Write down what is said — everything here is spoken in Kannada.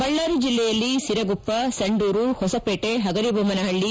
ಬಳ್ಳಾರಿ ಜೆಲ್ಲೆಯಲ್ಲಿ ಸಿರುಗುಪ್ಪ ಸಂಡೂರು ಹೊಸಪೇಟೆ ಹಗರಿಬೊಮ್ನಹಳ್ಳಿ